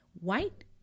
white